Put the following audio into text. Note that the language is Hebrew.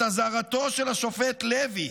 את אזהרתו של השופט לוי